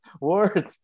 word